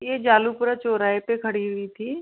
यह जालूपुरा चौराहे पर खड़ी हुईं थी